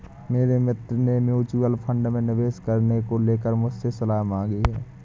मेरे मित्र ने म्यूच्यूअल फंड में निवेश करने को लेकर मुझसे सलाह मांगी है